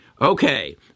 Okay